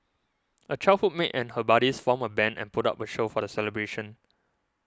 a childhood mate and her buddies formed a band and put up a show for the celebration